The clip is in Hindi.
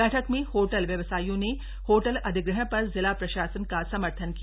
बैठक में होटल व्यवसायियों ने होटल अधिग्रहण पर जिला प्रशासन का समर्थन किया